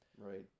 Right